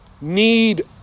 need